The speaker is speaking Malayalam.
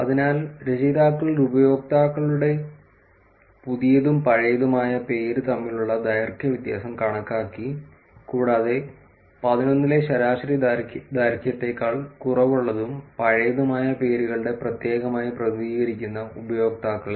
അതിനാൽ രചയിതാക്കൾ ഉപയോക്താക്കളുടെ പുതിയതും പഴയതുമായ പേര് തമ്മിലുള്ള ദൈർഘ്യ വ്യത്യാസം കണക്കാക്കി കൂടാതെ പതിനൊന്നിലെ ശരാശരി ദൈർഘ്യത്തേക്കാൾ കുറവുള്ളതും പഴയതുമായ പേരുകളുടെ പ്രത്യേകമായി പ്രതിനിധീകരിക്കുന്ന ഉപയോക്താക്കളെ